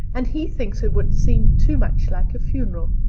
and he thinks it would seem too much like a funeral.